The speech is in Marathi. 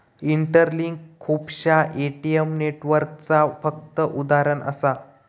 इंटरलिंक खुपश्या ए.टी.एम नेटवर्कचा फक्त उदाहरण असा